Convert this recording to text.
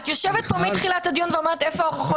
את יושבת פה מתחילת הדיון ואומרת: איפה ההוכחות?